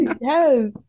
Yes